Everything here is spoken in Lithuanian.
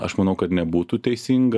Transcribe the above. aš manau kad nebūtų teisinga